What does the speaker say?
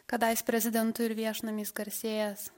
kadais prezidentu ir viešnamiais garsėjęs